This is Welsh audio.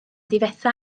difetha